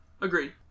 Agreed